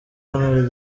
hano